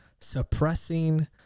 suppressing